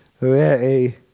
Ready